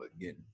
again